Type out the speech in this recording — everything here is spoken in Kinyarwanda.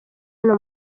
hano